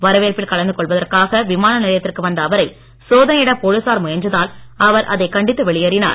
வரவேற்பில் கலந்து கொள்வதற்காக விமான நிலையத்திற்கு வந்த அவரை சோதனையிட போலீசார் முயன்றதால் அவர் அதை கண்டித்து வெளியேறினார்